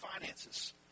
finances